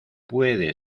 puede